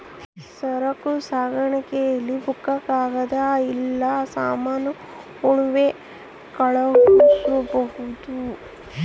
ಸರಕು ಸಾಗಣೆ ಅಲ್ಲಿ ಬುಕ್ಕ ಕಾಗದ ಇಲ್ಲ ಸಾಮಾನ ಉಣ್ಣವ್ ಕಳ್ಸ್ಬೊದು